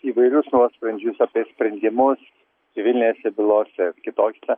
įvairius nuosprendžius apie sprendimus civilinėse bylose kitose